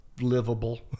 livable